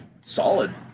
Solid